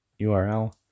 URL